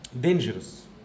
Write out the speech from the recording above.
Dangerous